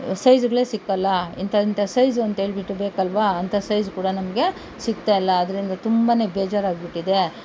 ಸೈಝ್ಗಳೇ ಸಿಗೋಲ್ಲ ಇಂಥ ಇಂಥ ಸೈಝು ಅಂಥೇಳ್ಬಿಟ್ಟು ಬೇಕಲ್ವ ಅಂಥ ಸೈಝ್ ಕೂಡ ನಮಗೆ ಸಿಗ್ತಾ ಇಲ್ಲ ಆದ್ರಿಂದ ತುಂಬನೇ ಬೇಜಾರು ಆಗಿಬಿಟ್ಟಿದೆ